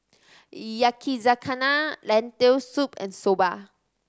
Yakizakana Lentil Soup and Soba